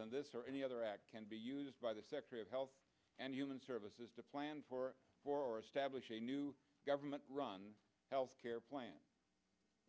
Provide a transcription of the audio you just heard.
on this or any other act can be used by the secretary of health and human services to plan for or establish a new government run health care plan